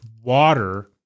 water